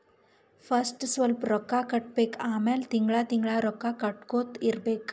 first ಸ್ವಲ್ಪ್ ರೊಕ್ಕಾ ಕಟ್ಟಬೇಕ್ ಆಮ್ಯಾಲ ತಿಂಗಳಾ ತಿಂಗಳಾ ರೊಕ್ಕಾ ಕಟ್ಟಗೊತ್ತಾ ಇರ್ಬೇಕ್